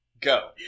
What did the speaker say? Go